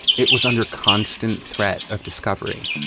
it was under constant threat of discovery